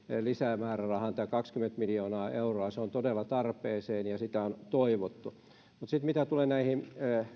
lisämäärärahan tämän kaksikymmentä miljoonaa euroa se on todella tarpeeseen ja sitä on toivottu mutta mitä sitten tulee näihin